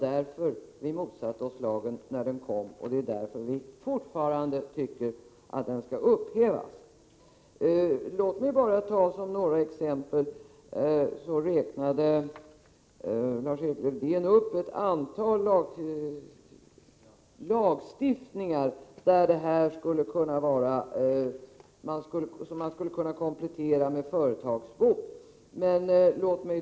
Därför motsatte vi oss lagen när den kom och tycker fortfarande att den skall upphävas. Låt mig ta ett exempel. Lars-Erik Lövdén räknade upp ett antal lagar som skulle kunna kompletteras med företagsbot.